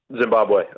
Zimbabwe